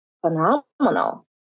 phenomenal